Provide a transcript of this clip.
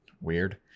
Weird